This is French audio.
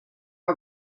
pas